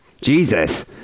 Jesus